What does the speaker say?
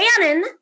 Bannon